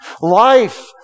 life